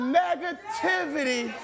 negativity